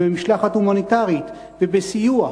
במשלחת הומניטרית ובסיוע,